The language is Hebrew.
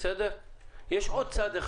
יש עוד צד.